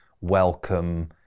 welcome